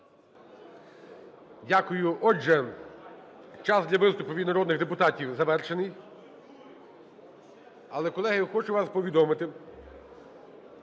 Дякую. Отже, час для виступів від народних депутатів завершений. Але, колеги, хочу вас повідомити,